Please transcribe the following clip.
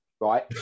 right